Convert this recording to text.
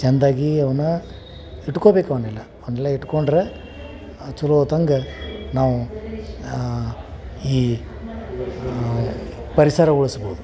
ಚಂದಾಗಿ ಅವನ್ನ ಇಟ್ಕೊಬೇಕು ಅವನ್ನೆಲ್ಲ ಮೊದಲೇ ಇಟ್ಟುಕೊಂಡ್ರೆ ಚಲೋತಂಗೆ ನಾವು ಈ ಪರಿಸರ ಉಳಿಸ್ಬೌದು